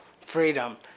freedom